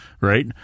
right